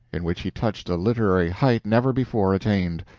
in which he touched a literary height never before attained.